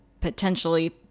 potentially